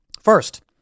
First